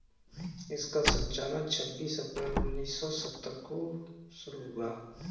इसका संचालन छब्बीस अप्रैल उन्नीस सौ सत्तर को शुरू हुआ